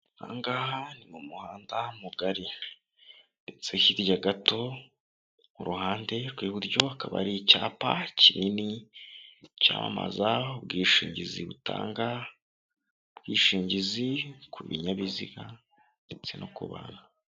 Aha ngaha ni mu muhanda mugari ndetse hirya gato ku ruhande rw'iburyo hakaba hari icyapa kinini, cyamamaza ubwishingizi batanga ubwishingizi ku binyabiziga ndetse no ku bantu.,